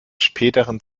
späteren